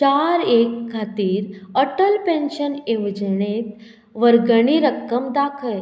चार एक खातीर अटल पेन्शन येवजणेंत वर्गणी रक्कम दाखय